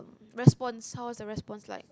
response how was the response like